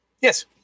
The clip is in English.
Yes